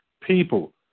people